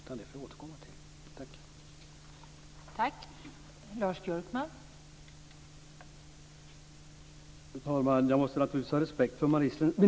Jag får återkomma till det.